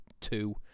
two